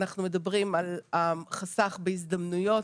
אנחנו מדברים על החסך בהזדמנויות,